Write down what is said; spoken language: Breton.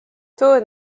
torret